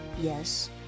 Yes